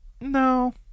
No